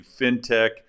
FinTech